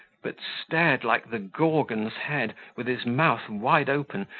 but stared like the gorgon's head, with his mouth wide open,